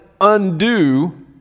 undo